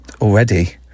already